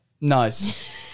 Nice